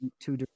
Two